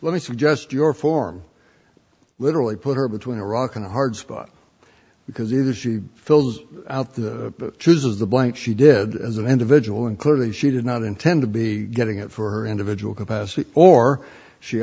let me suggest your form literally put her between a rock and a hard spot because either she fills out the chooses the blank she did as an individual and clearly she did not intend to be getting it for her individual capacity or she